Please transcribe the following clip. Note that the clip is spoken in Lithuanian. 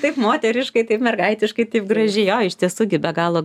taip moteriškai taip mergaitiškai graži jo iš tiesų gi be galo